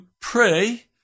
pray